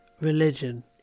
religion